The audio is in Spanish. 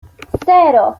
cero